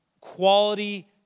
quality